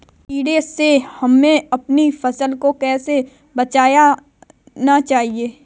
कीड़े से हमें अपनी फसल को कैसे बचाना चाहिए?